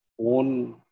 own